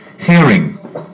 hearing